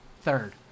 Third